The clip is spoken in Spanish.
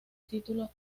título